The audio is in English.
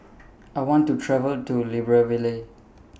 I want to travel to Libreville